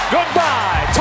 Goodbye